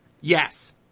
Yes